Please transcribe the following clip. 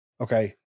Okay